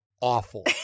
awful